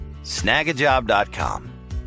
Snagajob.com